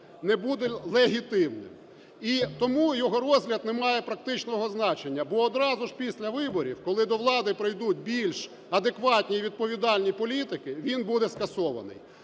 не буде легітимним. І тому його розгляд не має практичного значення, бо одразу ж після виборів, коли до влади прийдуть більш адекватні і відповідальні політики, він буде скасований.